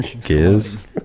Giz